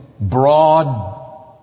broad